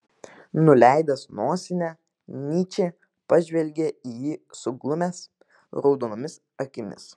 nuleidęs nosinę nyčė pažvelgė į jį suglumęs raudonomis akimis